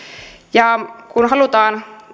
ja kun halutaan